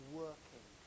working